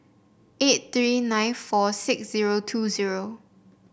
eight three nine four six zero two zero